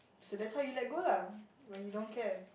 so that's why you let go lah when you don't care